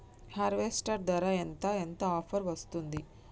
Harvester ధర ఎంత ఎంత ఆఫర్ వస్తుంది?